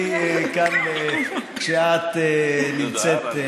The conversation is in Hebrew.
אז אני אומר: זה כבוד גדול לי להיות כאן כשאת נמצאת כאן.